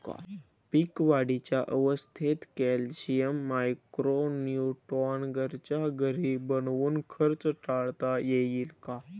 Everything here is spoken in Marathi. पीक वाढीच्या अवस्थेत कॅल्शियम, मायक्रो न्यूट्रॉन घरच्या घरी बनवून खर्च टाळता येईल का?